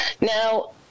Now